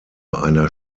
einer